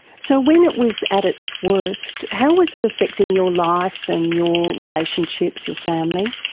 so when it was at its worst, how was it affecting your life and your relationships, your family?